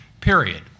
period